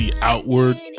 Outward